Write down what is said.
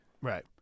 Right